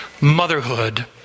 motherhood